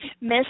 Miss